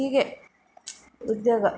ಹೀಗೆ ಉದ್ಯೋಗ